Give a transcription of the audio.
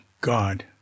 God